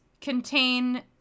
contain